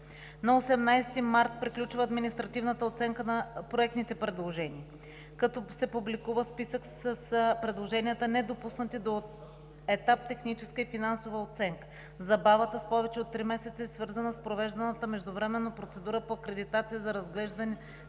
На 18 март приключва административната оценка на проектните предложения, като се публикува списък с предложенията, недопуснати до етап техническа и финансова оценка. Забавата с повече от три месеца е свързана с провежданата междувременна процедура по акредитация за разглеждане